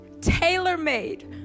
Tailor-made